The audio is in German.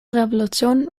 revolution